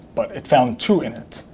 but it found two in it.